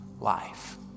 life